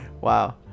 Wow